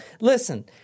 Listen